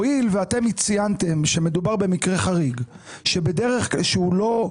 הואיל ואתם ציינתם שמדובר במקרה חריג שהוא לא,